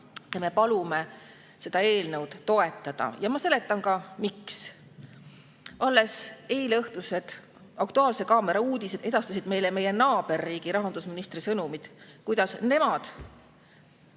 Me palume seda eelnõu toetada ja ma seletan ka, miks. Alles eileõhtused "Aktuaalse kaamera" uudised edastasid meile meie naaberriigi rahandusministri sõnumi, et nemad